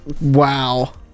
Wow